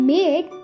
made